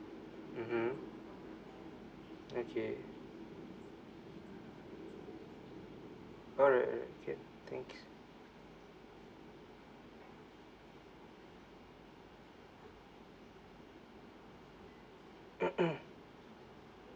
mmhmm okay alright alright okay thanks